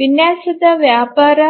ವಿನ್ಯಾಸದ ವ್ಯಾಪಾರ